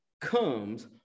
comes